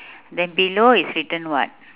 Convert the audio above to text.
then below is written what